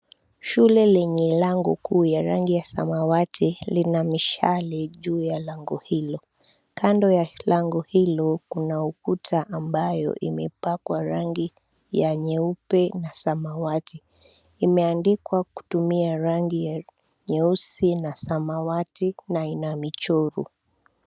Shule lenye lango kuu ya rangi ya samawati lina mishale juu ya lango hilo. Kando ya lango hilo kuna ukuta ambayo imepakwa rangi ya nyeupe na samawati. Imeandikwa kutumia rangi ya nyeusi na samawati na ina michoro.